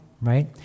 right